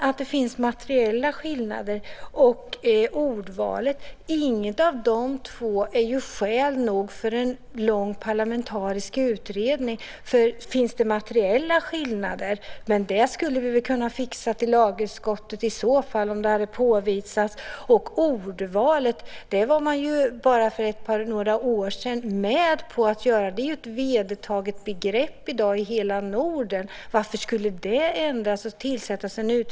Att det finns materiella skillnader och skillnader i ordvalet är ju inte skäl nog för en långvarig parlamentarisk utredning. De materiella skillnaderna skulle vi väl i så fall ha kunnat komma till rätta med i lagutskottet. Bara för ett par år sedan var man överens om ordvalet. Det är ett vedertaget begrepp i dag hela Norden. Varför skulle vi ändra på det?